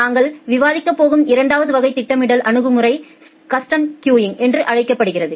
நாங்கள் விவாதிக்கப் போகும் இரண்டாவது வகை திட்டமிடல் அணுகுமுறை கஸ்டம் கியூங் என அழைக்கப்படுகிறது